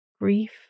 grief